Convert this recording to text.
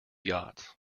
yachts